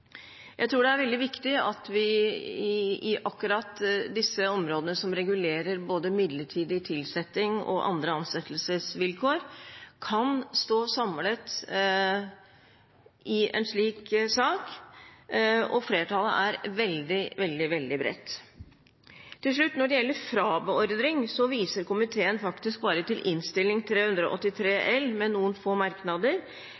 Jeg tror det er veldig viktig at vi på akkurat disse områdene som regulerer både midlertidig tilsetting og andre ansettelsesvilkår, kan stå samlet i en slik sak. Flertallet er veldig, veldig bredt. Til slutt, når det gjelder frabeordring, viser komiteen i merknad til Innst. 383